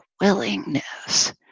willingness